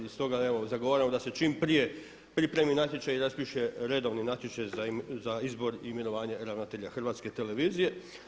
I stoga evo zagovaramo da se čim prije pripremi natječaj i raspiše redovni natječaj za izbor i imenovanje ravnatelja Hrvatske televizije.